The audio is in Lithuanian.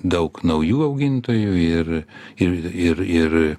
daug naujų augintojų ir ir ir ir